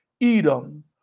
Edom